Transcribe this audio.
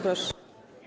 Proszę.